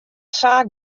saak